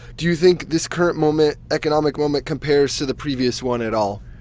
do you think this current moment economic moment compares to the previous one at all?